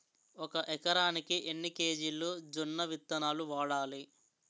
ఒక ఎకరానికి ఎన్ని కేజీలు జొన్నవిత్తనాలు వాడాలి?